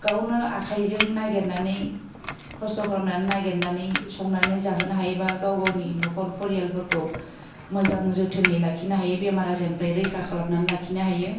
गावनो आखाइजों नागिरनानै खस्थ' खालामनानै नागिरनानै संनानै जाहोनो हायो बा गाव गावनि नख'र फरियालफोरखौ मोजां जोथोनै लाखिनो हायो बेमार आजारनिफ्राय रैखा खालामनानै लाखिनो हायो